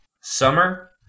summer